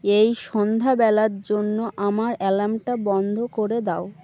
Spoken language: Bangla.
এই সন্ধ্যাবেলার জন্য আমার অ্যালার্মটা বন্ধ করে দাও